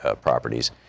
properties